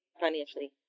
financially